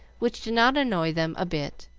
which did not annoy them a bit,